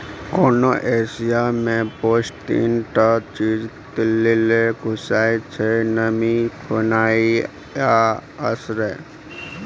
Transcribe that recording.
कोनो एरिया मे पेस्ट तीन टा चीज लेल घुसय छै नमी, खेनाइ आ आश्रय